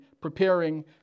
preparing